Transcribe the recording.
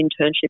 internship